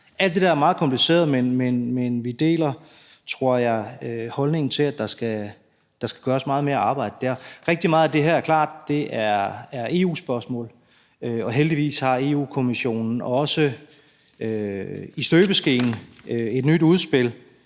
Alt det der er meget kompliceret, men vi deler, tror jeg, holdningen til, at der skal gøres meget mere arbejde der. Det er klart, at rigtig meget af det her er EU-spørgsmål, og heldigvis har Europa-Kommissionen også et nyt udspil